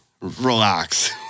relax